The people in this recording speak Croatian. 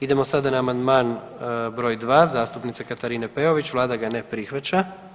Idemo sada na Amandman broj 2. zastupnice Katarine Peović, vlada ga ne prihvaća.